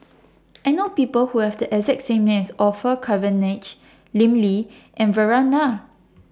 I know People Who Have The exact same name as Orfeur Cavenagh Lim Lee and Vikram Nair